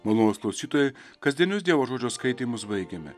malonūs klausytojai kasdienius dievo žodžio skaitymus baigiame